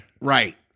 Right